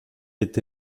est